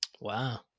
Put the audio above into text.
Wow